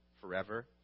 forever